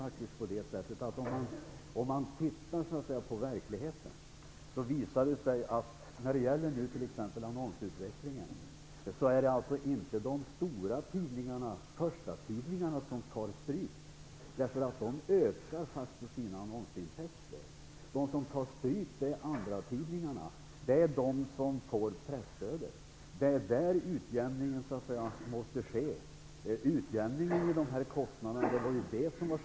Om man tittar närmare på t.ex. annonsutvecklingen finner man att det inte är de stora tidningarna, förstatidningarna, som tar stryk. De ökar faktiskt sina annonsintäkter. De som tar stryk är andratidningarna; det är de som får presstödet. Det är där utjämningen av kostnaderna måste ske.